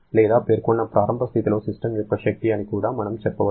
లేదా పేర్కొన్న ప్రారంభ స్థితిలో సిస్టమ్ యొక్క శక్తి అని కూడా మనం చెప్పవచ్చు